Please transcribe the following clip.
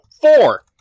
Four